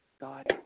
God